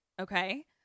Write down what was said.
Okay